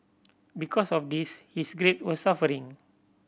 because of this his grade were suffering